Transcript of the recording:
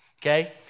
Okay